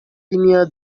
linear